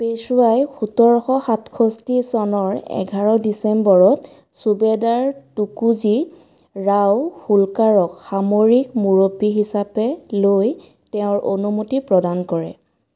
পেছোৱাই সোতৰশ সাতষষ্ঠি চনৰ এঘাৰ ডিচেম্বৰত চুবেদাৰ টুকোজী ৰাও হোলকাৰক সামৰিক মুৰব্বী হিচাপে লৈ তেওঁৰ অনুমতি প্ৰদান কৰে